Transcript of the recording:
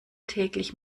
täglich